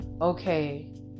okay